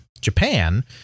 Japan